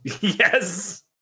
yes